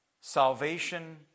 Salvation